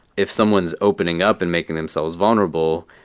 if someone's opening up and making themselves vulnerable,